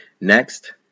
Next